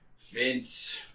Vince